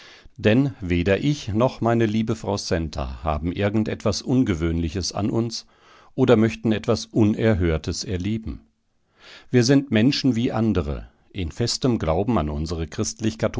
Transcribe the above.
denn weder ich noch meine liebe frau centa haben irgend etwas ungewöhnliches an uns oder möchten etwas unerhörtes erleben wir sind menschen wie andere in festem glauben an unsere